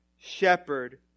shepherd